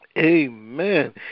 Amen